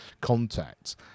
contact